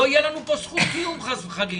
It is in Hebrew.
לא יהיה לנו פה זכות קיום, חס וחלילה.